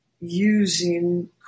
using